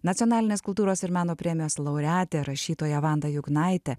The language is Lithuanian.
nacionalinės kultūros ir meno premijos laureatė rašytoja vanda juknaitė